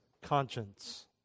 conscience